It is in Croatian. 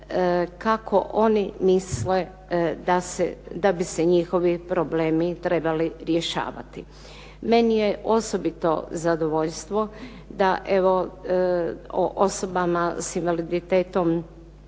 kako oni misle da bi se njihovi problemi trebali rješavati. Meni je osobito zadovoljstvo da evo o osobama s invaliditetom